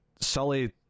Sully